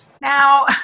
now